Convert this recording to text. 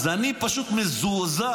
אז אני פשוט מזועזע.